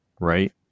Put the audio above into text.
Right